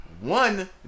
One